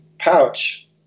pouch